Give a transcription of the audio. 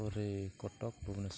ପରେ କଟକ ଭୁବନେଶ୍ୱର